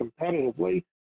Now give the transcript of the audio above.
competitively